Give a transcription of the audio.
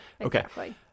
okay